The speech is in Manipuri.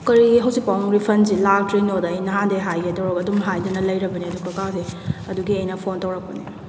ꯀꯔꯤꯒꯤ ꯍꯧꯖꯤꯛ ꯐꯥꯎꯕ ꯔꯤꯐꯟꯁꯦ ꯂꯥꯛꯇ꯭ꯔꯤꯅꯣꯗ ꯑꯩ ꯅꯥꯍꯟꯗꯒꯤ ꯍꯥꯏꯒꯦ ꯇꯧꯔꯒ ꯑꯗꯨꯝ ꯍꯥꯏꯗꯅ ꯂꯩꯔꯕꯅꯦ ꯑꯗꯣ ꯀꯀꯥꯁꯦ ꯑꯗꯨꯒꯤ ꯑꯩꯅ ꯐꯣꯟ ꯇꯧꯔꯛꯄꯅꯦ